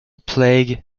plague